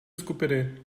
skupiny